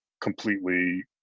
completely